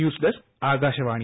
news desk Akashvani